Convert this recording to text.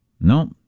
No